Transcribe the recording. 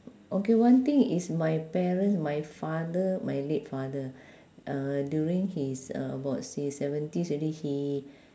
okay one thing is my parent my father my late father uh during his uh about he's seventies already he